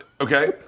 okay